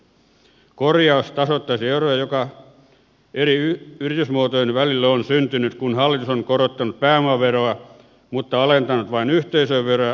korjaus tasoittaisi eroja jotka eri yritysmuotojen välille ovat syntyneet kun hallitus on korottanut pääomaveroa mutta alentanut vain yhteisöveroa osakeyhtiöiltä